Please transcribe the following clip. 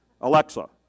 Alexa